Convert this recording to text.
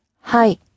Hi